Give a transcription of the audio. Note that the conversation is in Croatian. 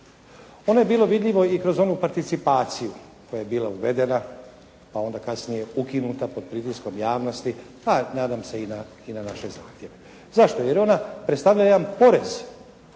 Ono je bilo vidljivo i kroz onu participaciju koja je bila uvedena, pa onda kasnije ukinuta pod pritiskom javnosti, pa nadam se i na vaše zahtjeve. Zašto? Jer je ona predstavljala jedan porez,